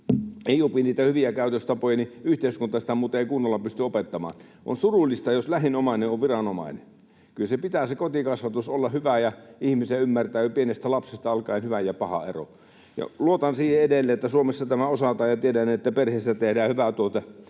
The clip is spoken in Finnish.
ei opi niitä hyviä käytöstapoja, niin yhteiskunta sitä muuten ei kunnolla pysty opettamaan. On surullista, jos lähin omainen on viranomainen. Kyllä pitää sen kotikasvatuksen olla hyvää ja ihmisen ymmärtää jo pienestä lapsesta alkaen hyvän ja pahan ero, ja luotan edelleen siihen, että Suomessa tämä osataan, ja tiedän, että perheissä tehdään hyvää työtä.